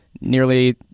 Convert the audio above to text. nearly